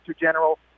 general